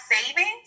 savings